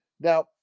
Now